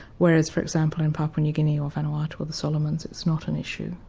whereas for example in papua-new guinea or vanuatu or the solomons, it's not an issue,